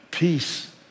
Peace